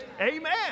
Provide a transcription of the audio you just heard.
Amen